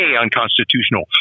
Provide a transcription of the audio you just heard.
unconstitutional